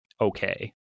okay